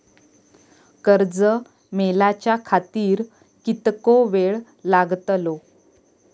कर्ज मेलाच्या खातिर कीतको वेळ लागतलो?